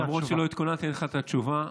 למרות שלא התכוננתי, אני אתן לך את התשובה.